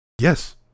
yes